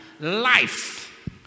life